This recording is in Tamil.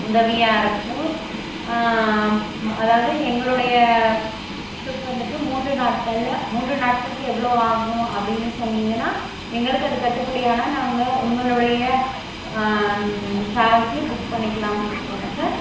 உதவியாக இருக்கும் அதாவது எங்களுடைய ட்ரிப் வந்துட்டு மூன்று நாட்களில் மூன்று நாட்களுக்கு எவ்வளோ ஆகும் அப்படின்னு சொன்னீங்கன்னால் எங்களுக்கு அது கட்டுப்படி ஆனால் நாங்கள் உங்களுடைய டிராவல்ஸ்லே புக் பண்ணிக்கலாம்ட்டு இருக்கிறோம் சார்